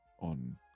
on